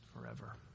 forever